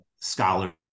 scholars